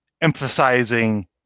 emphasizing